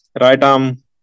right-arm